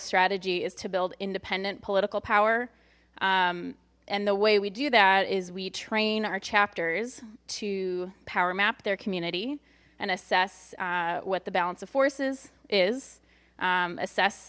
strategy is to build independent political power and the way we do that is we train our chapters to power map their community and assess what the balance of forces is assess